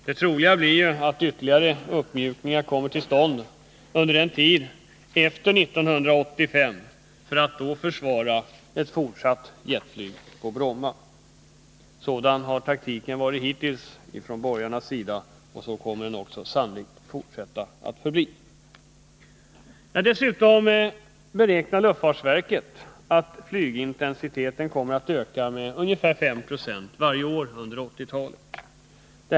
Det troliga blir att ytterligare uppmjukningar kommer till stånd under tiden efter 1985 för att då försvara ett fortsatt jetflyg på Bromma. Sådan har taktiken varit från borgarnas sida, och så kommer den sannolikt att fortsätta att vara. Dessutom räknar luftfartsverket med att flygintensiteten kommer att öka med ungefär 5 90 varje år under 1980-talet.